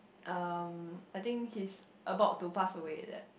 um I think he's about to pass away like that